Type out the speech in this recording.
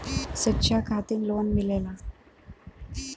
शिक्षा खातिन लोन मिलेला?